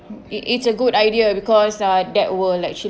it it's a good idea because uh that will actually